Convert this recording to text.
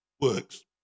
works